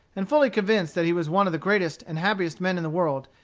and fully convinced that he was one of the greatest and happiest men in the world,